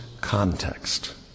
context